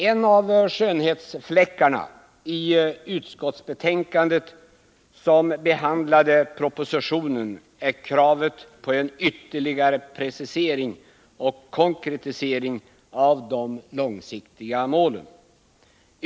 En av skönhetsfläckarna i det utskottsbetänkande som behandlade propositionen är kravet på en ytterligare precisering och konkretisering av de långsiktiga målen.